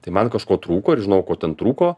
tai man kažko trūko ir žinojau ko ten trūko